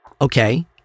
Okay